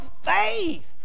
faith